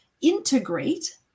integrate